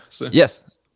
Yes